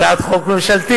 הצעת חוק ממשלתית.